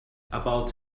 about